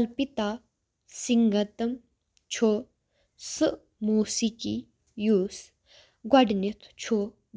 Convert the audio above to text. کلپیتا سنگیتم چھُ سُہ موسیٖقی یُس گۄڈٕنیتھ چھُ